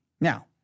Now